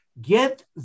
get